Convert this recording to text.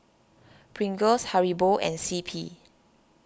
Pringles Haribo and C P